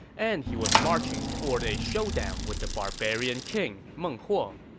and he was marching toward a showdown with the barbarian king, meng huo.